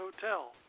Hotel